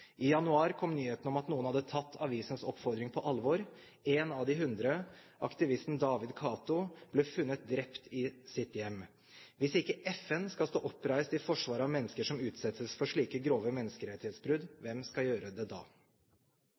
I januar kom nyheten om at noen hadde tatt avisens oppfordring på alvor: En av de 100, aktivisten David Kato, ble funnet drept i sitt hjem. Hvis ikke FN skal stå oppreist i forsvaret av mennesker som utsettes for slike grove menneskerettighetsbrudd, hvem skal gjøre det da?